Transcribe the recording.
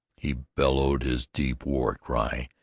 he bellowed his deep war-cry,